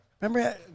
remember